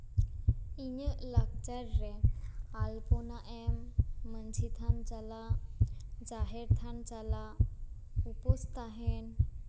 ᱤᱧᱟᱹᱜ ᱞᱟᱠᱪᱟᱨ ᱨᱮ ᱟᱞᱯᱚᱱᱟ ᱮᱢ ᱢᱟᱹᱡᱷᱤ ᱛᱷᱟᱱ ᱪᱟᱞᱟᱜ ᱡᱟᱦᱮᱨ ᱛᱷᱟᱱ ᱪᱟᱞᱟᱜ ᱩᱯᱟᱹᱥ ᱛᱟᱦᱮᱱ